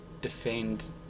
defend